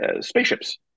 spaceships